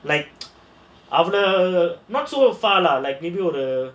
like அவள:avala not so far lah like give you the